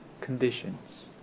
conditions